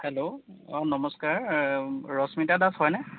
hello অঁ নমস্কাৰ ৰশ্মিতা দাস হয়নে